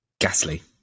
Ghastly